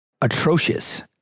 atrocious